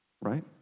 right